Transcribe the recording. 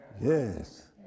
Yes